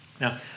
Now